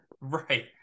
right